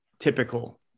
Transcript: typical